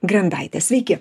grendaitė sveiki